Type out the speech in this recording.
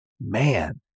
man